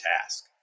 task